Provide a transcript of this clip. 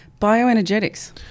Bioenergetics